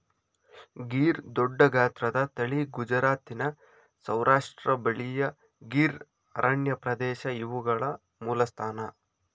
ಗೀರ್ ದೊಡ್ಡಗಾತ್ರದ ತಳಿ ಗುಜರಾತಿನ ಸೌರಾಷ್ಟ್ರ ಬಳಿಯ ಗೀರ್ ಅರಣ್ಯಪ್ರದೇಶ ಇವುಗಳ ಮೂಲಸ್ಥಾನ